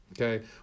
Okay